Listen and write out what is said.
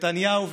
נתניהו וגנץ,